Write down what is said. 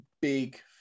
big